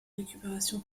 récupération